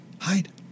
Hide